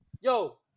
Yo